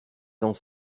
temps